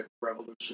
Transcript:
Revolution